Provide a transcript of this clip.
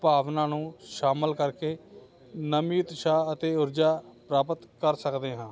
ਭਾਵਨਾ ਨੂੰ ਸ਼ਾਮਿਲ ਕਰਕੇ ਨਵੀਂ ਉਤਸ਼ਾਹ ਅਤੇ ਉਰਜਾ ਪ੍ਰਾਪਤ ਕਰ ਸਕਦੇ ਹਾਂ